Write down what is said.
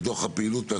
נפרדים,